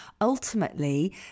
ultimately